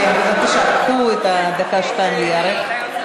קחו דקה או שתיים להיערך.